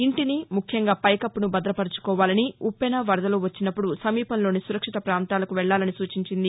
ఇంటిని ముఖ్యంగా పైకప్పును భద్రపరచుకోవాలని ఉప్పెన వరదలు వచ్చినప్పుడు సమీపంలోని సురక్షిత ప్రాంతానికి వెళ్లాలని సూచించింది